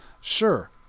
Sure